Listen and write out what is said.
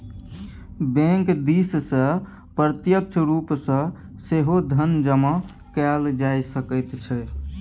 bank दिससँ प्रत्यक्ष रूप सँ सेहो धन जमा कएल जा सकैत छै